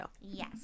yes